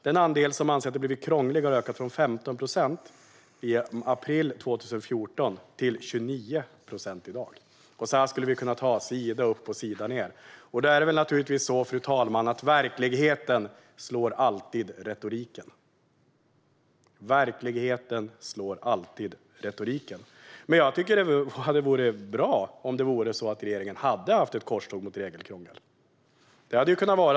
Den andel som anser att det har blivit krångligare har ökat från 15 procent i april 2014 till 29 procent i dag. Så kan man fortsätta sida upp och sida ned. Fru talman! Verkligheten slår alltid retoriken. Men jag tycker att det skulle ha varit bra om regeringen hade haft ett korståg mot regelkrångel.